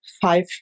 five